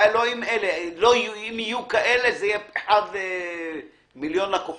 זה יהיה אחד למיליון לקוחות.